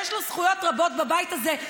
שיש לו זכויות רבות בבית הזה,